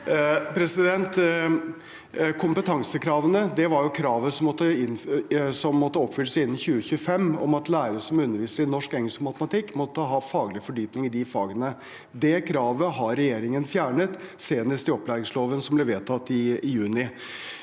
Kompetansekrave- ne var jo kravene som måtte oppfylles innen 2025, om at lærere som underviser i norsk, engelsk og matematikk, måtte ha faglig fordypning i de fagene. Det kravet har regjeringen fjernet, senest i opplæringsloven som ble vedtatt i juni.